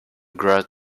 crowd